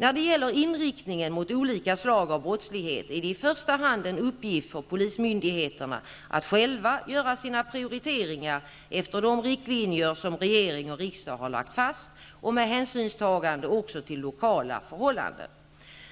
När det gäller inriktningen mot olika slag av brottslighet är det i första hand en uppgift för polismyndigheterna att själva göra sina prioriteringar efter de riktlinjer som regering och riksdag har lagt fast och med hänsynstagande också till lokala förhållanden.